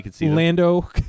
Lando